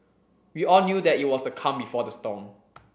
we all knew that it was the calm before the storm